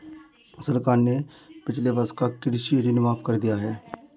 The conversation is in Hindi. सरकार ने पिछले वर्ष का कृषि ऋण माफ़ कर दिया है